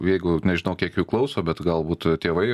jeigu nežinau kiek jų klauso bet galbūt tėvai